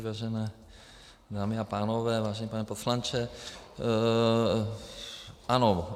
Vážené dámy a pánové, vážený pane poslanče, ano.